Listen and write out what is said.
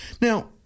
Now